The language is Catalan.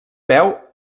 peu